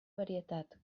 varietat